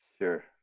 Sure